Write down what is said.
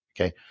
okay